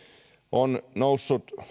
on noussut